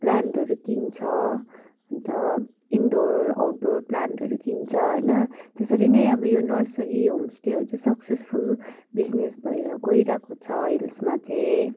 प्लान्टहरू किन्छ अन्त इन्डोर आउटडोर प्लान्टहरू किन्छ होइन त्यसरी नै अब यो नर्सरी होमस्टेहरू चाहिँ सक्सेसफुल बिजनेस भएर गइरहेको छ अहिलेसम्म चाहिँ